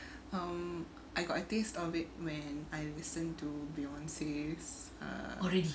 um I got a taste of it when I listened to beyonce's